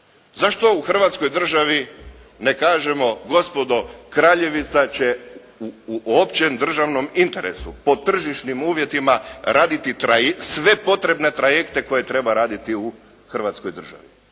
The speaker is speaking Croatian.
Zašto u Hrvatskoj državi ne kažemo gospodo Kraljevica će u općem državnom interesu po tržišnim uvjetima raditi sve potrebne trajekte koje treba raditi u Hrvatskoj državi.